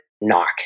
Knock